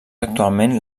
actualment